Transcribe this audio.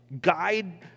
Guide